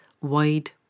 wide